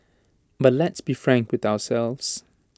but let's be frank with ourselves